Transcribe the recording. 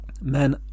Men